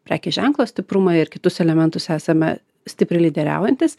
prekės ženklo stiprumą ir kitus elementus esame stipriai lyderiaujantys